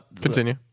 Continue